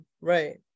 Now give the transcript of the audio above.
right